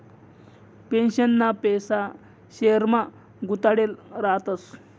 पेन्शनना पैसा शेयरमा गुताडेल रातस